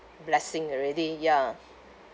blessing already ya